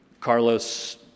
Carlos